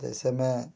जैसे में